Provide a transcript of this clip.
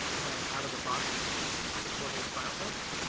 kind of out of the box supported file types.